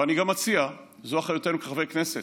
אבל אני גם מציע, זו אחריותנו כחברי כנסת,